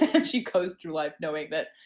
and she goes through life knowing that,